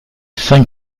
cinq